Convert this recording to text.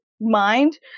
mind